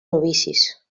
novicis